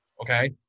Okay